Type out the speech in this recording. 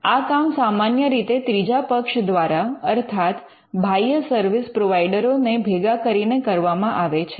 આ કામ સામાન્ય રીતે ત્રીજા પક્ષ દ્વારા અર્થાત બાહ્ય સર્વિસ પ્રોવાઈડરો ને ભેગા કરીને કરવામાં આવે છે